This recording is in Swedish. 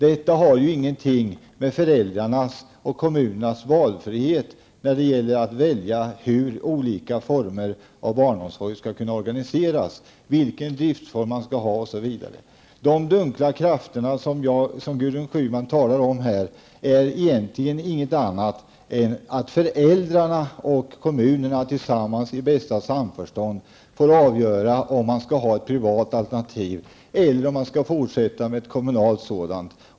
Detta har inget att göra med föräldrarnas och kommunernas frihet att välja hur olika former av barnomsorg skall organiseras, vilken driftform man skall ha, osv. De dunkla krafter Gudrun Schyman talar om är egentligen inget annat än att föräldrarna och kommunerna tillsammans i bästa samförstånd får avgöra om man skall ha ett privat alternativ eller om man skall fortsätta med ett kommunalt sådant.